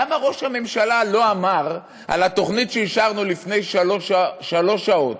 למה ראש הממשלה לא אמר על התוכנית שאישרנו לפני שלוש שעות,